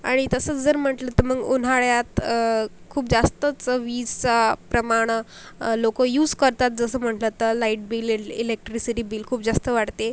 आणि तसंच जर म्हंटलं तर मग उन्हाळ्यात खूप जास्तच विजचा प्रमाण लोकं यूस करतात जसं म्हंटलं तर light bill L electricity bill खूप जास्त वाढते